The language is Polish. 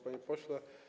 Panie Pośle!